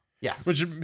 Yes